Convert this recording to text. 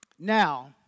Now